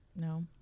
No